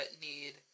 need